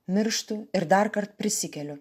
mirštu ir darkart prisikeliu